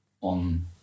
on